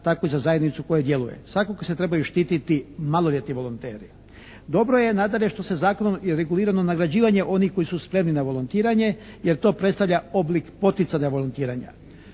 tako i za zajednicu u kojoj djeluje. Svakako se trebaju štititi maloljetni volonteri. Dobro je nadalje što se zakonom i regulira nagrađivanje onih koji su spremni na volontiranje jer to predstavlja oblik poticanja volontiranja.